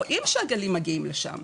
רואים שהגלים מגיעים לשם.